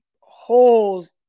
holes